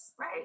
Right